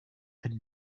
had